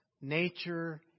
nature